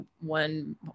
one